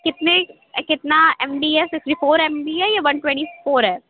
کتنی کتنا M B ہے سیکسٹی فور ایم بی ہے یا ون ٹوئنٹی فور ہے